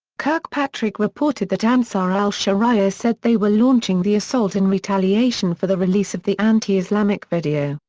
kirkpatrick reported that ansar al-sharia said they were launching the assault in retaliation for the release of the anti-islamic video,